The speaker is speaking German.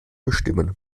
bestimmen